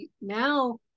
Now